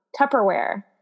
Tupperware